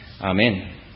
Amen